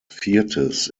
viertes